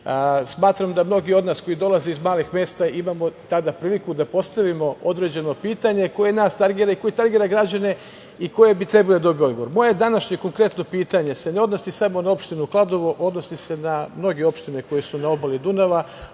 da mnogi od nas koji dolaze iz malih mesta imamo tada priliku da postavimo određeno pitanje, koje nas tangira i koje tangira građane i koji bi trebali da dobiju odgovor. Moje današnje konkretno pitanje se ne odnosi samo na opštinu Kladovo, odnosi se na mnoge opštine koje su na obali Dunava.